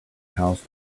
house